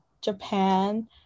Japan